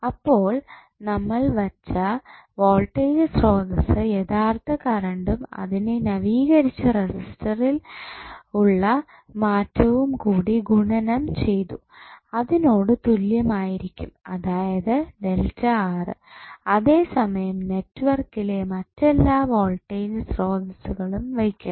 അപ്പോൾ നമ്മൾ വച്ച വോൾട്ടേജ് സ്രോതസ്സ് യഥാർത്ഥ കറണ്ടും അതിനെ നവീകരിച്ച റെസിസ്റ്ററിൽ ഉള്ള മാറ്റവും കൂടി ഗുണനം ചെയ്തു അതിനോട് തുല്യമായിരിക്കും അതായത് ΔR അതെ സമയം നെറ്റ്വർക്കിലെ മറ്റെല്ലാ വോൾട്ടേജ് സ്രോതസ്സുകളും വയ്ക്കണം